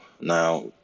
Now